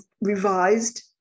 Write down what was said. revised